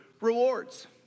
rewards